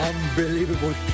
Unbelievable